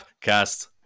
cast